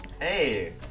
Hey